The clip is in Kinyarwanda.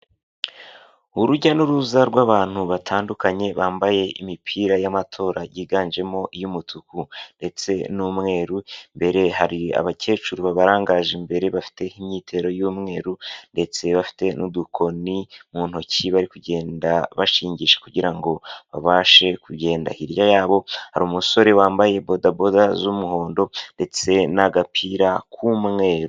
Urujya n'uruza rw'abantu batandukanye bambaye imipira y'amatora yiganjemo iy'umutuku ndetse n'umweru imbere hari abakecuru babarangaje imbere bafite imyitero y'umweru ndetse bafite n'udukoni mu ntoki bari kugenda bashingisha kugira ngo babashe kugenda hirya yabo hari umusore wambaye bodaboda z'umuhondo ndetse n'agapira k'umweru.